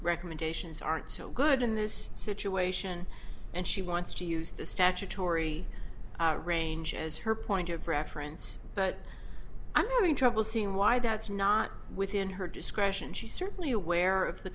recommendations aren't so good in this situation and she wants to use the statutory range as her point of reference but i'm going to will see why that's not within her discretion she's certainly aware of the